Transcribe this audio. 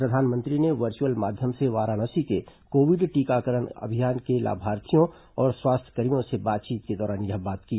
प्रधानमंत्री ने वचुर्अल माध्यम से वाराणसी के कोविड टीकाकरण अभियान को लाभार्थियों और स्वास्थ्यकर्मियों से बातचीत के दौरान यह बात कही